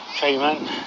treatment